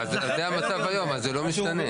זה המצב היום, אז זה לא משתנה.